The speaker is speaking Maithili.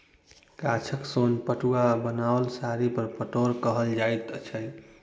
गाछक सोन पटुआ सॅ बनाओल साड़ी के पटोर कहल जाइत छै